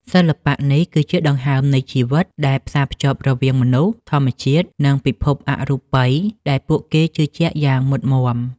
សិល្បៈនេះគឺជាដង្ហើមនៃជីវិត ដែលផ្សារភ្ជាប់រវាងមនុស្ស ធម្មជាតិ និងពិភពអរូបិយដែលពួកគេជឿជាក់យ៉ាងមុតមាំ។